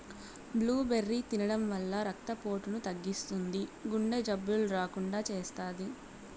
blueberry తినడం వల్ల రక్త పోటును తగ్గిస్తుంది, గుండె జబ్బులు రాకుండా చేస్తాది